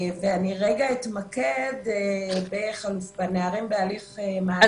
אני אתמקד בנערים בהליך מעצר.